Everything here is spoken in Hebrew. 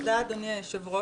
תודה, אדוני היושב-ראש.